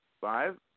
Five